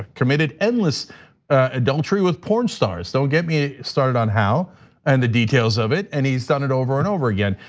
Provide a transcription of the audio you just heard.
committed endless adultery with porn stars, don't get me started on how and the details of it. and he's done it over and over again.